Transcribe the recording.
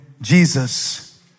Jesus